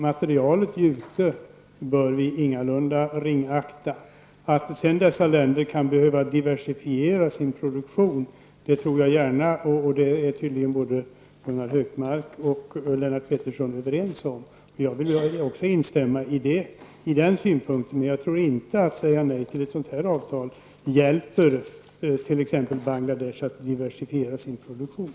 Materialet jute bör vi ingalunda ringakta. Att dessa länder kan behöva diversifiera sin produktion tror jag gärna. Det är tydligen både Gunnar Hökmark och Lennart Pettersson överens om. Jag vill också instämma i den synpunkten. Men jag tror inte att det faktum att man säger nej till ett sådant avtal t.ex. hjälper Bangladesh att diversifiera sin produktion